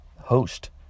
host